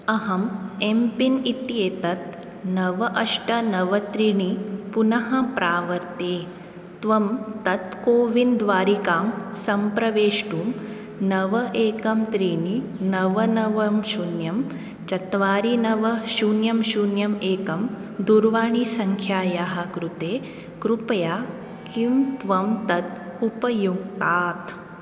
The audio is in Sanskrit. अहम् एम्पिन् इत्येतत् नव अष्ट नव त्रीणि पुनः प्रावर्ते त्वं तत् कोविन् द्वारिकां सम्प्रवेष्टुं नव एकं त्रीणि नव नव शून्यं चत्वारि नव शून्यं शून्यम् एकं दूरवाणीसंख्यायाः कृते कृपया किं त्वं तत् उपयुङ्क्तात्